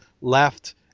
left